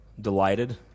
delighted